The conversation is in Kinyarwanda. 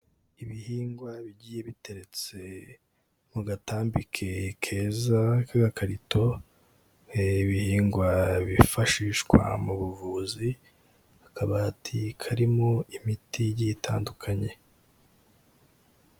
Ibihingwa bigiye biteretse mu gatambike keza k'agakarito, ni ibihingwa bifashishwa mu buvuzi akabati karimo imiti igiye itandukanye.